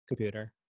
computer